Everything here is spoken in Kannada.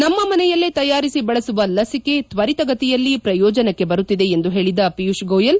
ನಮ್ನ ಮನೆಯಲ್ಲೇ ತಯಾರಿಸಿ ಬಳಸುವ ಲಸಿಕೆ ತ್ವರಿತಗತಿಯಲ್ಲಿ ಪ್ರಯೋಜನಕ್ಕೆ ಬರುತ್ತಿದೆ ಎಂದು ಹೇಳದ ಪಿಯೂಷ್ ಗೋಯಲ್